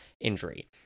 injury